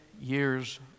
years